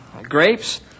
grapes